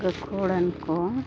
ᱜᱟᱹᱠᱷᱩᱲᱟᱱ ᱠᱚ